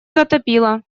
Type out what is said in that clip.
затопило